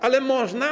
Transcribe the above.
Ale można?